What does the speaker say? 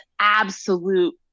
absolute